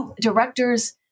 directors